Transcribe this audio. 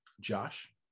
Josh